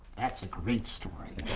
that's a great story.